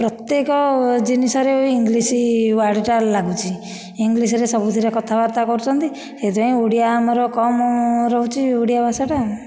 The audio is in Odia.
ପ୍ରତ୍ୟେକ ଜିନିଷରେ ଏଥର ଇଂଲିଶ ୱାର୍ଡଟା ଲାଗୁଛି ଇଂଲିଶରେ ସବୁଥିରେ କଥାବାର୍ତ୍ତା କରୁଛନ୍ତି ସେଥିପାଇଁ ଓଡ଼ିଆ ଆମର କମ ରହୁଛି ଓଡ଼ିଆ ଭାଷାଟା